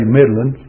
Midland